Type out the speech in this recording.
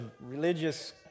religious